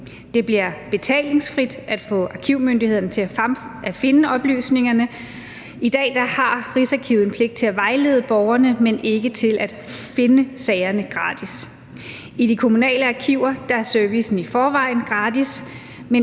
Det bliver betalingsfrit at få arkivmyndighederne til at finde oplysningerne. I dag har Rigsarkivet en pligt til at vejlede borgerne, men ikke til at finde sagerne gratis. I de kommunale arkiver er servicen i forvejen gratis,